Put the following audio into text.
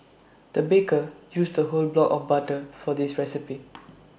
the baker used A whole block of butter for this recipe